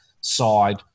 side